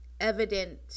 evident